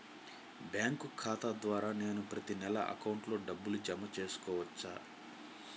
Bank ఖాతా ద్వారా నేను ప్రతి నెల అకౌంట్లో డబ్బులు జమ చేసుకోవచ్చా?